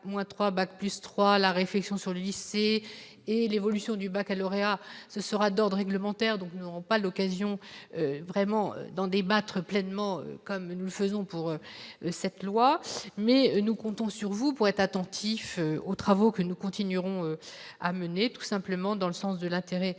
la réflexion sur le lycée et l'évolution du Baccalauréat, ce sera d'or d'réglementaire, donc n'auront pas l'occasion vraiment d'en débattre pleinement comme nous faisons pour cette loi mais nous comptons sur vous pour être attentif aux travaux que nous continuerons à mener tout simplement dans le sens de l'intérêt général